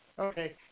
Okay